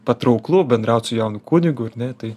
patrauklu bendraut su jaunu kunigu ar ne tai